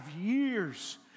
years